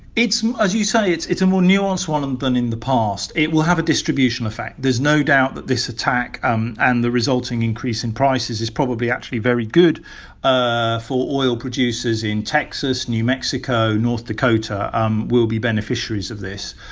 it's as you say, it's it's a more nuanced one and than in the past. it will have a distribution effect. there's no doubt that this attack um and the resulting increase in prices is probably actually very good ah for oil producers in texas, new mexico, north dakota um will be beneficiaries of this.